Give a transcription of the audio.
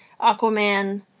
Aquaman